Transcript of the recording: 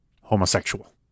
homosexual